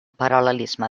paral·lelisme